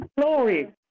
Glory